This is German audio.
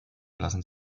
lassen